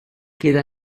queda